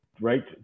right